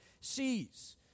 sees